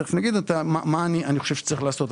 שתכף אומר אותה מה אני חושב שצריך לעשות.